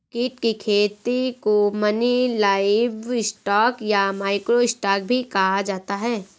कीट की खेती को मिनी लाइवस्टॉक या माइक्रो स्टॉक भी कहा जाता है